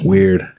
Weird